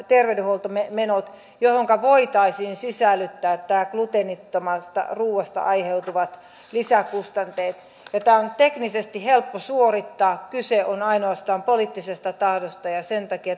terveydenhuoltomenot joihinka voitaisiin sisällyttää nämä gluteenittomasta ruuasta aiheutuvat lisäkustanteet tämä on teknisesti helppo suorittaa kyse on ainoastaan poliittisesta tahdosta ja sen takia